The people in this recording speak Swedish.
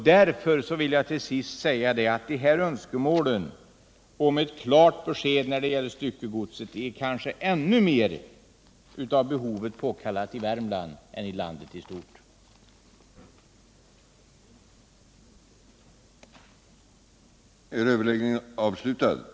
Därför vill jag allra sist säga att ett klart besked om styckegodset är kanske ännu mer av behovet påkallat i fråga om Värmland än då det gäller andra delar av landet.